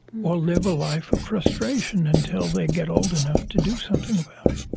or live a life of frustration until they get old enough to do something about it.